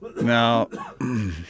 Now